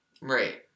Right